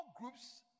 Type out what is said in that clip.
groups